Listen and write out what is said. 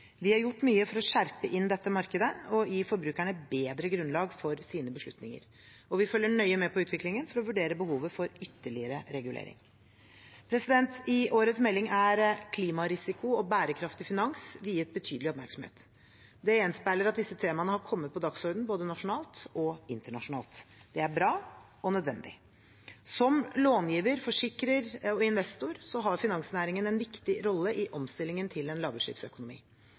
Vi har gjort mye for å skjerpe inn dette markedet og gi forbrukerne bedre grunnlag for sine beslutninger, og vi følger nøye med på utviklingen for å vurdere behovet for ytterligere regulering. I årets melding er klimarisiko og bærekraftig finans viet betydelig oppmerksomhet. Det gjenspeiler at disse temaene har kommet på dagsordenen både nasjonalt og internasjonalt. Det er bra og nødvendig. Som långiver, forsikrer og investor har finansnæringen en viktig rolle i omstillingen til en lavutslippsøkonomi.